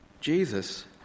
Jesus